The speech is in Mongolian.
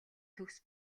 төгс